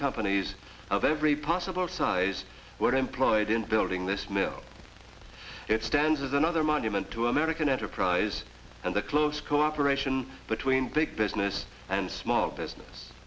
companies of every possible size were employed in building this mill it stands as another monument to american enterprise and the close cooperation between big business and small business